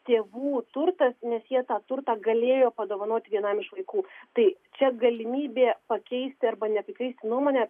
tėvų turtas nes jie tą turtą galėjo padovanoti vienam iš vaikų tai čia galimybė pakeisti arba nepakeisti nuomonę